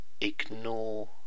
ignore